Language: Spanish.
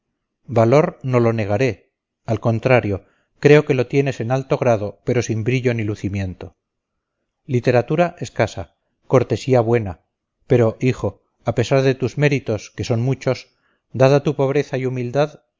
valor no lo negaré al contrario creo que lo tienes en alto grado pero sin brillo ni lucimiento literatura escasa cortesía buena pero hijo a pesar de tus méritos que son muchos dada tu pobreza y humildad